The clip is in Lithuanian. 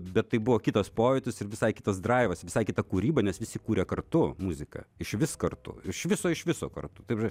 bet tai buvo kitas pojūtis ir visai kitas draivas visai kita kūryba nes visi kūrė kartu muziką išvis kartu iš viso iš viso kartu taip